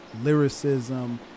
lyricism